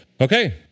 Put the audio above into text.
Okay